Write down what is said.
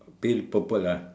pale purple lah